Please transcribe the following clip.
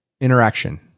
interaction